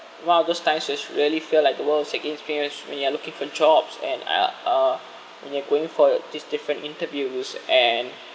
one of those times is really feel like the world is against me as when you are looking for jobs and uh when you're going for these different interviews and